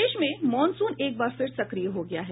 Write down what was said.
प्रदेश में मॉनसून एक बार फिर सक्रिय हो गया है